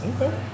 Okay